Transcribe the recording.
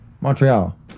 Montreal